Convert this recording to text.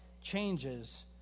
changes